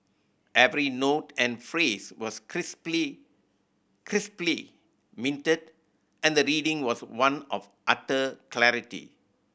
every note and phrase was crisply crisply minted and the reading was one of utter clarity